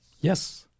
Yes